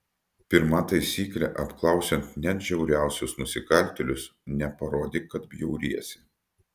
pirma taisyklė apklausiant net žiauriausius nusikaltėlius neparodyk kad bjauriesi